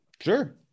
sure